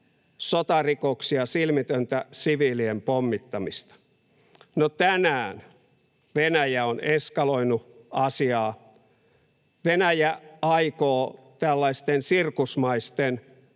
sotarikoksia, silmitöntä siviilien pommittamista. No, tänään Venäjä on eskaloinut asiaa, Venäjä aikoo tällaisten sirkusmaisten